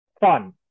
fun